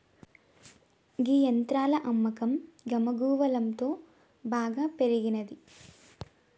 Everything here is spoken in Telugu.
గీ యంత్రాల అమ్మకం గమగువలంతో బాగా పెరిగినంది